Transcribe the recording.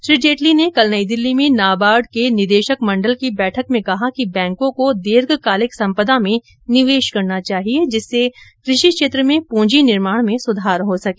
श्री जेटली ने कल नई दिल्ली में नाबार्ड के निदेशक मंडल की बैठक में कहा कि बैंकों को दीर्घकालिक संपदा में निवेश करना चाहिये जिससे क्रषि क्षेत्र में पूंजी निर्माण में सुधार हो सके